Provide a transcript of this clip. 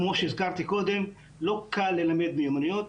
כמו שהזכרתי קודם, לא קל ללמד מיומנויות